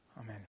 Amen